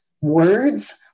words